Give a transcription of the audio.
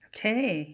Okay